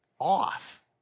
off